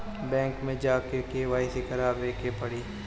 Bank मे जा के के.वाइ.सी करबाबे के पड़ी?